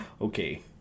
Okay